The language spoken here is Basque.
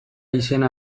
izena